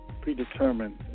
predetermined